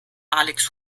alex